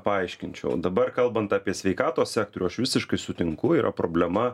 paaiškinčiau dabar kalbant apie sveikatos sektorių aš visiškai sutinku yra problema